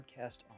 podcast